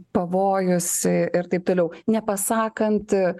pavojus ir taip toliau nepasakant